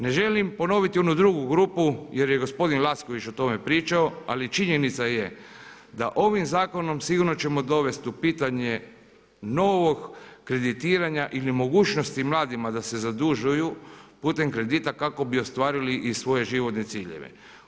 Ne želim ponoviti onu drugu grupu jer je gospodin Lacković o tome pričao ali činjenica je da ovim zakonom sigurno ćemo dovesti u pitanje novog kreditiranja ili mogućnosti mladima da se zadužuju putem kredita kako bi ostvarili i svoje životne ciljeve.